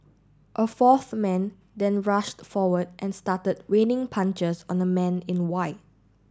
a fourth man then rushed forward and started raining punches on the man in white